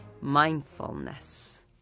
mindfulness